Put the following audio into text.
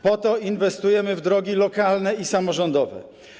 Po to inwestujemy w drogi lokalne i samorządowe.